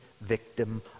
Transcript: victim